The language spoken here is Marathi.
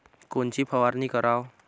कोनची फवारणी कराव?